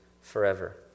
forever